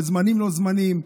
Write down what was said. בזמנים-לא-זמנים.